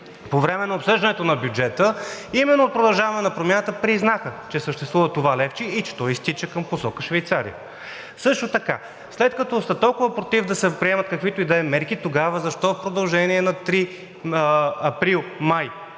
по време на обсъждането на бюджета именно от „Продължаваме Промяната“ признаха, че съществува това левче и че то изтича в посока Швейцария. Също така, след като сте толкова против да се приемат каквито и да е мерки, тогава защо в продължение на три